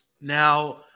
Now